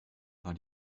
war